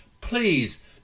please